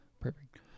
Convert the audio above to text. Perfect